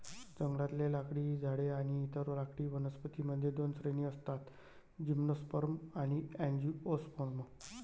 जंगलातले लाकडी झाडे आणि इतर लाकडी वनस्पतीं मध्ये दोन श्रेणी असतातः जिम्नोस्पर्म आणि अँजिओस्पर्म